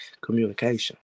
Communication